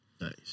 Nice